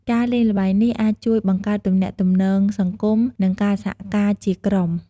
ការលេងល្បែងនេះអាចជួយបង្កើតទំនាក់ទំនងសង្គម និងការសហការជាក្រុម។